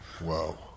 Wow